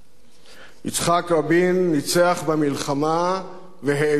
יצחק רבין ניצח במלחמה והאמין בשלום.